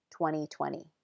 2020